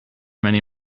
many